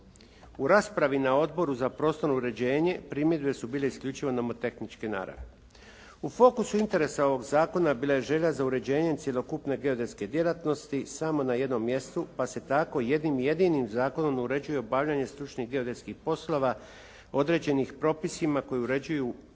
U raspravi na Odboru za prostorno uređenje, primjedbe su bile isključivo nomotehničke naravi. U fokusu interesa ovog zakona bila je želja za uređenjem cjelokupne geodetske djelatnosti samo na jednom mjestu, pa se tako jednim jedinim zakonom uređuje obavljanje stručnih geodetskih poslova određenih propisima koji uređuju državnu